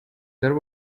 there